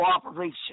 cooperation